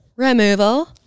removal